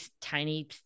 tiny